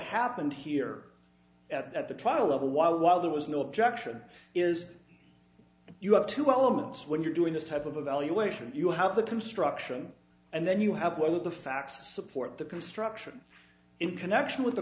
happened here at the trial of a why while there was no objection is if you have two elements when you're doing this type of a valuation you have the construction and then you have whether the facts support the construction in connection with the